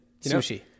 Sushi